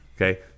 Okay